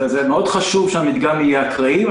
חשוב מאוד שהמדגם יהיה אקראי,